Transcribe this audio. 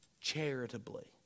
charitably